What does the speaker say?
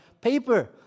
paper